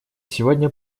сегодня